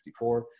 1964